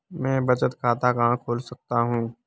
मैं बचत खाता कहाँ खोल सकता हूँ?